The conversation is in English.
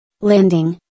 Landing